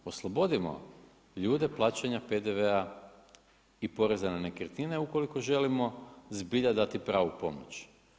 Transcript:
Oslobodimo ljude plaćanja PDV-a i poreza na nekretnine ukoliko želimo zbilja dati pravu pomoć.